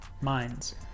minds